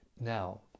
Now